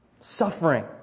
suffering